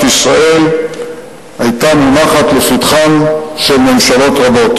ישראל היתה מונחת לפתחן של ממשלות רבות,